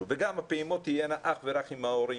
הפעימות תהיינה אך ורק עם ההורים.